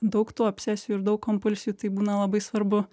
daug tų obsesijų ir daug kompulsijų tai būna labai svarbu